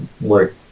work